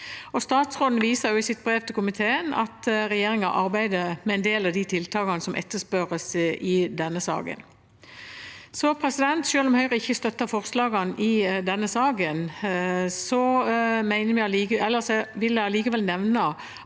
Statsråden viser i sitt brev til komiteen til at regjeringen arbeider med en del av de tiltakene som etterspørres i denne saken. Selv om Høyre ikke støtter forslagene i denne saken, vil jeg nevne